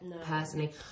personally